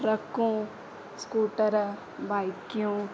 ट्रकूं scooter बाईकूं